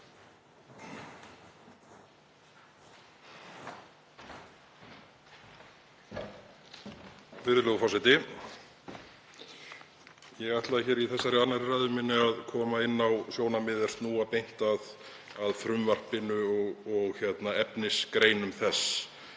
Virðulegur forseti. Ég ætla í þessari annarri ræðu minni að koma inn á sjónarmið sem snúa beint að frumvarpinu og efnisgreinum þess.